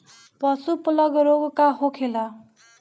पशु प्लग रोग का होखेला?